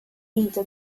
into